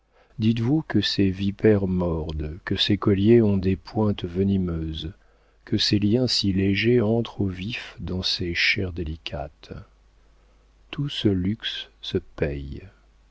dites-vous que ces vipères mordent que ces colliers ont des pointes venimeuses que ces liens si légers entrent au vif dans ces chairs délicates tout ce luxe se paie